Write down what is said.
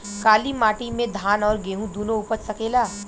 काली माटी मे धान और गेंहू दुनो उपज सकेला?